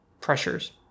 pressures